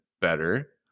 better